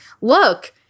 look